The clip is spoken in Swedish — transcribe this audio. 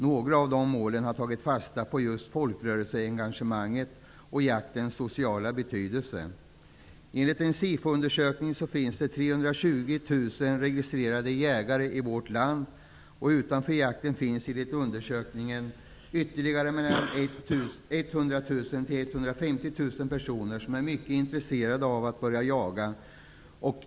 Några av de målen har tagit fasta på just folkrörelseengagemanget och jaktens sociala betydelse. registrerade jägare i vårt land. Utanför jakten finns enligt undersökningen ytterligare mellan 100 000 och 150 000 personer som är mycket intresserade av att börja jaga.